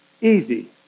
easy